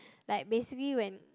like basically when